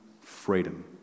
freedom